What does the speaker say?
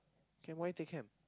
then why take chem